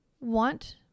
want